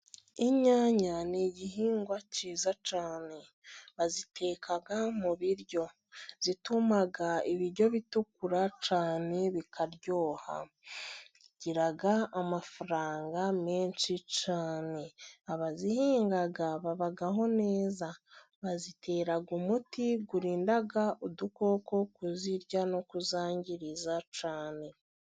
Inyanya ni igihingwa cyiza cyane. Baziteka mu biryo. Zituma ibiryo bitukura cyane bikaryoha. Zigira amafaranga menshi cyane. Abazihinga babaho neza. Bazitera umuti urinda udukoko kuzirya no kuzangiriza cyane.